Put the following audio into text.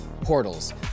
portals